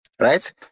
right